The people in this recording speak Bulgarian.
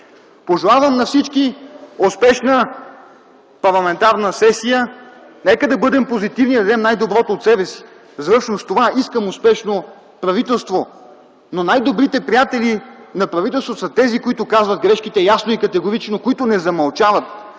Пожелавам на всички успешна парламентарна сесия, нека да бъдем позитивни и да дадем най-доброто от себе си! Завършвам с това. Искам успешно правителство, но най-добрите приятели на правителството са тези, които казват грешките ясно и категорично, които не замълчават,